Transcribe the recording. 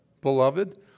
beloved